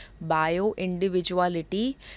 bio-individuality